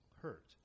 hurt